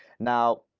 now,